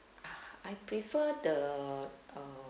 I prefer the uh